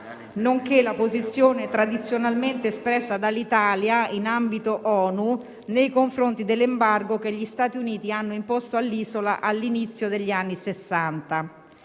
nonché la posizione tradizionalmente espressa dall'Italia in ambito ONU nei confronti dell'embargo che gli Stati Uniti hanno imposto all'isola all'inizio degli anni Sessanta.